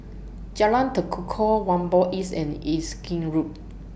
Jalan Tekukor Whampoa East and Erskine Road